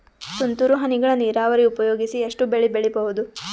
ತುಂತುರು ಹನಿಗಳ ನೀರಾವರಿ ಉಪಯೋಗಿಸಿ ಎಷ್ಟು ಬೆಳಿ ಬೆಳಿಬಹುದು?